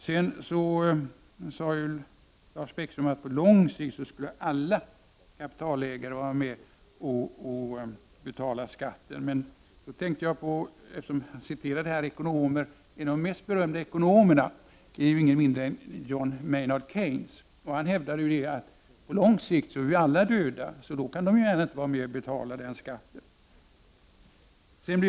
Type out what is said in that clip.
Lars Bäckström sade att på lång sikt skulle alla kapitalägare vara med och betala skatten. Ekonomer blir ju citerade här. Då kommer jag att tänka på en av de mest berömda ekonomerna, och det är då ingen mindre än John Maynard Keynes. Han hävdar ju att vi alla på lång sikt är döda, så då kan man inte gärna vara med och betala skatten. Fru talman!